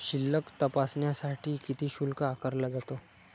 शिल्लक तपासण्यासाठी किती शुल्क आकारला जातो?